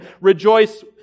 rejoice